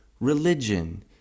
religion